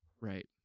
right